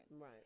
Right